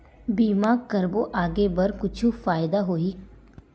बीमा करबो आगे बर कुछु फ़ायदा होही?